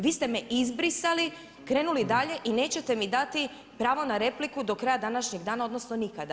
Vi ste me izbrisali, krenuli dalje i nećete mi dati pravo na repliku do kraja današnjeg dana odnosno nikada.